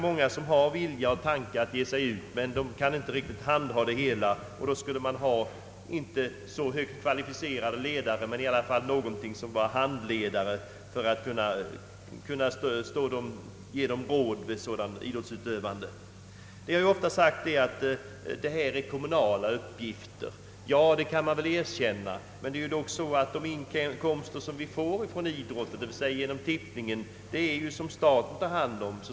Många har kanske viljan att ge sig ut, men de vet inte riktigt hur de skall göra. För detta ändamål borde det finnas ledare som inte behöver vara så kvalificerade, men ändå kunde verka som handledare och ge råd till människor som vill utöva idrott på detta sätt. Det har ofta sagts att sådant är uppgifter för kommunerna. Detta kan erkännas, men det är ändå så att staten tar hand om de inkomster vi får från idrotten — dvs. genom tippningen.